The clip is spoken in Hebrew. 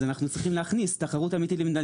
אז אנחנו צריכים להכניס תחרות אמיתית במדינת